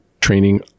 training